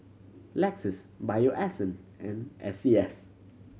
Lexus Bio Essence and S C S